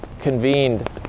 convened